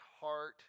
heart